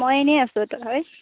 মই এনেই আছোঁ তই